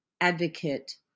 advocate